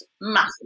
massive